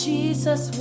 Jesus